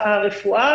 הרפואה.